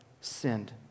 sinned